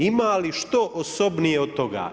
Ima li što osobnije od toga?